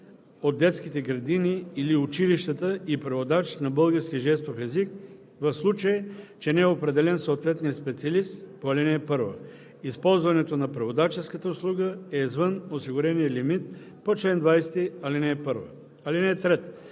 от детските градини или училищата и преводач на български жестов език, в случай че не е определен съответният специалист по ал. 1. Използването на преводаческата услуга е извън осигурения лимит по чл. 20, ал. 1. (3)